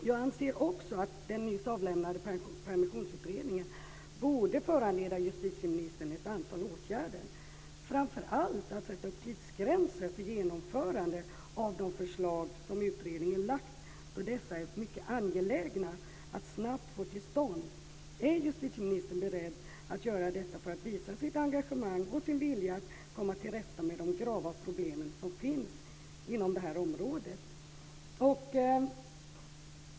Jag anser också att den nyss avlämnade Permissionsutredningen borde föranleda justitieministern att vidta ett antal åtgärder, framför allt att sätta upp tidsgränser för genomförande av de förslag som utredningen lagt fram. Dessa är nämligen mycket angeläget att snabbt få till stånd. Är justitieministern beredd att göra detta för att visa sitt engagemang och sin vilja att komma till rätta med de grava problem som finns inom det här området?